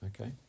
okay